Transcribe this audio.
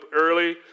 early